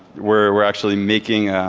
we're actually making ah